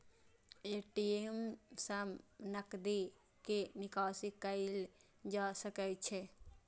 ATM सं नकदी के निकासी कैल जा सकै छै